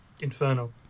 Inferno